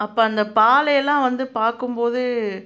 அப்போ அந்த பாலையெலாம் வந்து பார்க்கும்போது